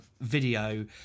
video